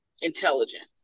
intelligent